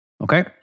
Okay